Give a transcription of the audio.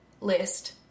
list